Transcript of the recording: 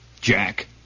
Jack